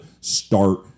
start